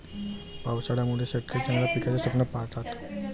पावसाळ्यामुळे शेतकरी चांगल्या पिकाचे स्वप्न पाहतात